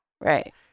Right